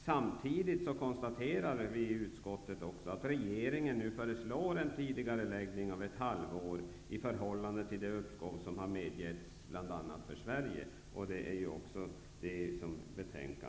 Samtidigt kan vi konstatera att regeringen nu föreslår en tidigareläggning med ett halvår med tanke på det uppskov som medgivits bl.a. för Sverige. Det innebär också utskottets förslag.